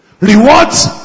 rewards